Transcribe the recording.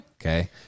Okay